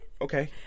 Okay